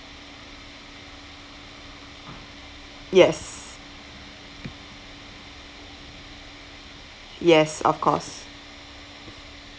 yes yes of course